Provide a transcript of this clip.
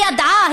היא ידעה,